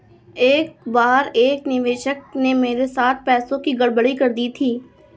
एक बार एक निवेशक ने मेरे साथ पैसों की गड़बड़ी कर दी थी